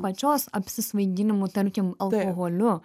pačios apsisvaiginimu tarkim alkoholiu